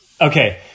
Okay